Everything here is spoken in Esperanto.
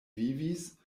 vivis